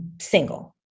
single